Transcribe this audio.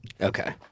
Okay